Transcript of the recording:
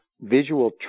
visual